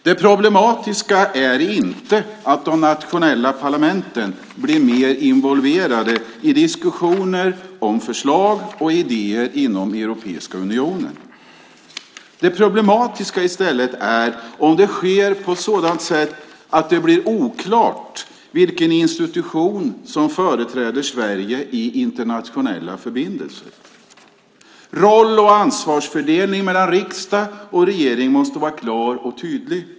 Det problematiska är inte att de nationella parlamenten blir mer involverade i diskussioner om förslag och idéer inom Europeiska unionen. Det problematiska är i stället om det sker på ett sådant sätt att det blir oklart vilken institution som företräder Sverige i internationella förbindelser. Rollen, liksom ansvarsfördelningen mellan riksdag och regering, måste vara klar och tydlig.